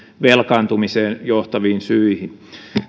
velkaantumiseen johtaviin syihin